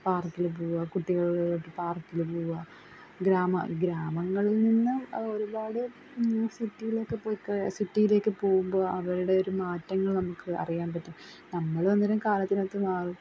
പാർക്കിൽ പോവാൻ കുട്ടികളുവായിട്ട് പാർക്കിൽ പോവാൻ ഗ്രാമ ഗ്രാമങ്ങളിൽ നിന്ന് ഒരുപാട് ന്യൂ സിറ്റീലേക്ക് പോയ്ക്ക സിറ്റിലേക്ക് പോകുമ്പം അവരുടെയൊരു മാറ്റങ്ങൾ നമുക്കറിയാമ്പറ്റും നമ്മൾ അന്നേരം കാലത്തിനൊത്ത് മാറും